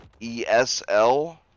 ESL